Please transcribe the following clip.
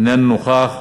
איננו נוכח,